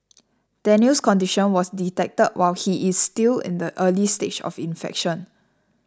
Daniel's condition was detected while he is still in the early stage of infection